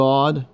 God